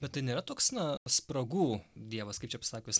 bet tai nėra toks na spragų dievas kaip čia pasakius